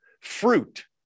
fruit